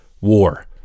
war